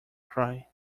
cry